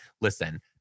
Listen